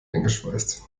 eingeschweißt